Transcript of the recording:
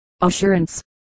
assurance